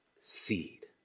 Seed